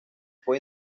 fue